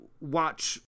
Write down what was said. watch